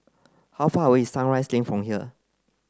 how far away is Sunrise Lane from here